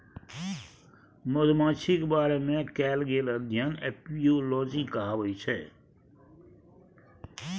मधुमाछीक बारे मे कएल गेल अध्ययन एपियोलाँजी कहाबै छै